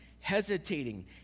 hesitating